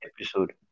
episode